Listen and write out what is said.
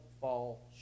fall